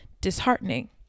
disheartening